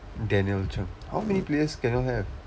daniel che~ how many players can you all have